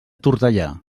tortellà